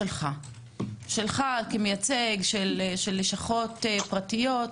שלך כמייצג לשכות פרטיות.